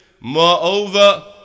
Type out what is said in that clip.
Moreover